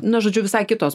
na žodžiu visai kitos